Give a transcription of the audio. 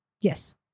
Yes